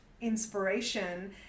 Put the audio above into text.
inspiration